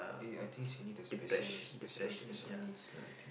eh I think she need the special special needs lah I think